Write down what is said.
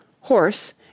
horse